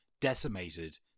decimated